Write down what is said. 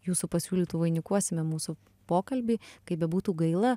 jūsų pasiūlytu vainikuosime mūsų pokalbį kaip bebūtų gaila